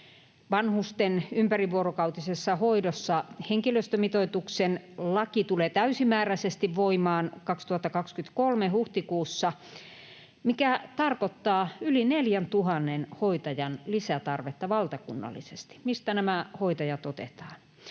Vanhusten ympärivuorokautisessa hoidossa henkilöstömitoituksen laki tulee täysimääräisesti voimaan huhtikuussa 2023, mikä tarkoittaa yli 4 000 hoitajan lisätarvetta valtakunnallisesti. Mistä nämä hoitajat otetaan?